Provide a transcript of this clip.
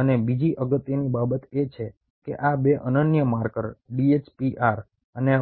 અને બીજી અગત્યની બાબત એ છે કે આ 2 અનન્ય માર્કર DHPR અને